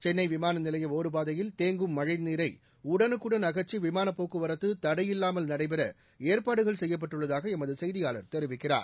சென்னை விமான நிலைய ஒடுபாதையில் தேங்கும் மழை நீரை உடனுக்குடன் அகற்றி விமானப் தடையில்லாமல் நடைபெற ஏற்பாடுகள் செய்யப்பட்டுள்ளதாக எமது செய்தியாளர் போக்குவரத்து தெரிவிக்கிறார்